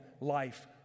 life